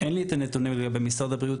אין לי את הנתונים לגבי משרד הבריאות,